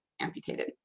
amputated